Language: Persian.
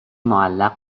معلق